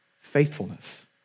faithfulness